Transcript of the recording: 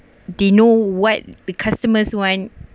they know what the customers want